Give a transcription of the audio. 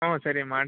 ಹ್ಞೂ ಸರಿ ಮಾಡಿ